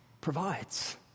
provides